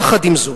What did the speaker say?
יחד עם זאת,